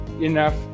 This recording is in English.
enough